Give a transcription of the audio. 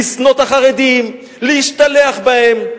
לשנוא את החרדים, להשתלח בהם.